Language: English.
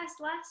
last